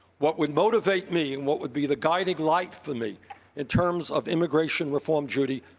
what would motivate me and what would be the guiding light for me in terms of immigration reform, judy,